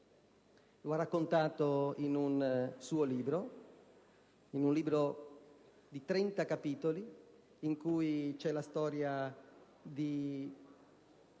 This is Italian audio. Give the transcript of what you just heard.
Lo ha raccontato in un suo libro, di 30 capitoli, in cui c'è la storia dei